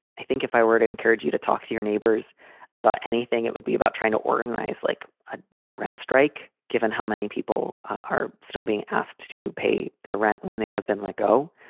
i think if i were to encourage you to talk to your neighbors about anything, it would be about trying to organize like a ah rent strike, given how many people are still being asked to pay their rent when they have been let go.